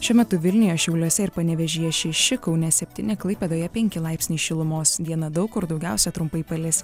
šiuo metu vilniuje šiauliuose ir panevėžyje šeši kaune septyni klaipėdoje penki laipsniai šilumos dieną daug kur daugiausia trumpai palis